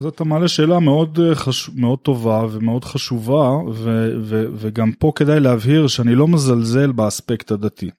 אז אתה מעלה שאלה מאוד א...חשו- מאוד טובה ומאוד חשובה, ו-ו-וגם פה כדאי להבהיר שאני לא מזלזל באספקט הדתי.